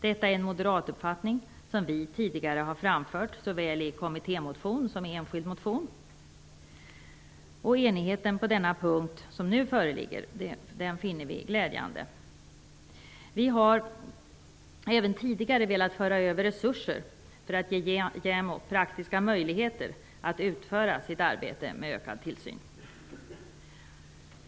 Detta är en moderatuppfattning som vi tidigare har framfört såväl i kommittémotion som i enskild motion. Den enighet som nu föreligger på denna punkt finner vi glädjande. Vi har även tidigare velat föra över resurser för att ge JämO praktiska möjligheter att utföra sitt arbete med ökad tillsyn.